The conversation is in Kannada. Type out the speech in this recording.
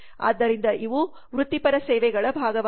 ಆದ್ದರಿಂದ ಇವು ವೃತ್ತಿಪರ ಸೇವೆಗಳ ಭಾಗವಾಗಿದೆ